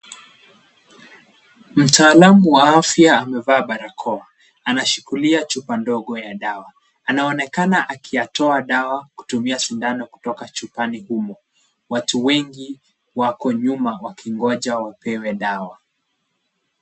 Mtaalamu wa afya amevaa barakoa. Anashikilia chupa ndogo ya dawa. Anaonekana akitoa dawa kutumia sindano kutoka chupani humo. Watu wengi wako nyuma wakingoja wapewe dawa.